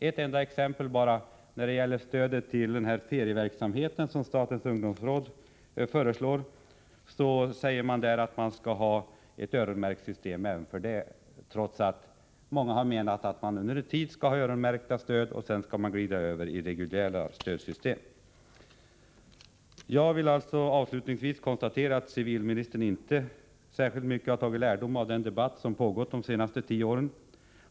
Låt mig ta ett enda exempel, nämligen stödet till den ferieverksamhet som statens ungdomsråd föreslår. Man skall ha ett bidragssystem med öronmärkta pengar även för detta ändamål, trots att många har menat att man under en tid skall ha ett öronmärkt stöd för att sedan glida över till reguljära stödsystem. Avslutningsvis vill jag konstatera att civilministern inte särskilt mycket har tagit lärdom av den debatt som pågått de senaste tio åren.